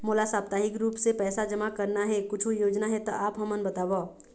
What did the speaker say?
मोला साप्ताहिक रूप से पैसा जमा करना हे, कुछू योजना हे त आप हमन बताव?